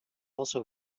also